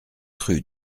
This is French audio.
rue